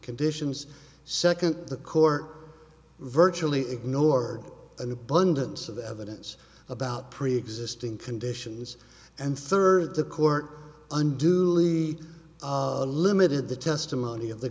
conditions second the court virtually ignored an abundance of evidence about preexisting conditions and third the court unduly of a limited the testimony of the